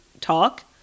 talk